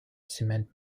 cement